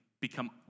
become